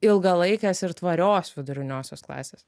ilgalaikės ir tvarios viduriniosios klasės